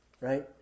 right